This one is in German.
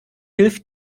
hilft